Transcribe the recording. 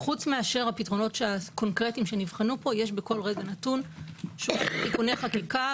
חוץ מאשר הפתרונות הקונקרטיים שנבחנו פה יש בכל רגע נתון תיקוני חקיקה,